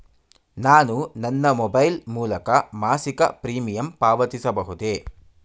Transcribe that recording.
ನಾನು ನನ್ನ ಮೊಬೈಲ್ ಮೂಲಕ ಮಾಸಿಕ ಪ್ರೀಮಿಯಂ ಪಾವತಿಸಬಹುದೇ?